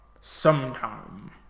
Sometime